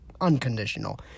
unconditional